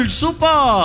super